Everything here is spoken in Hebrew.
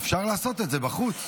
אפשר לעשות את זה בחוץ.